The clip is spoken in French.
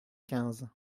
quinze